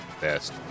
best